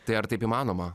tai ar taip įmanoma